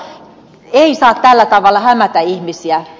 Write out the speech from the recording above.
ei saa tällä tavalla hämätä ihmisiä